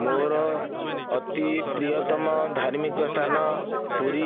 ମୋର ଅତି ପ୍ରିୟତମ ଧାର୍ମିକ ସ୍ଥାନ ପୁରୀ